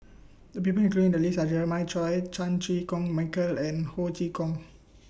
The People included in The list Are Jeremiah Choy Chan Chew Koon Michael and Ho Chee Kong